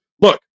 Look